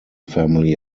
family